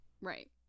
Right